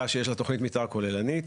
תוכנית מתאר כוללנית,